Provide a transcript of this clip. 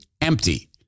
empty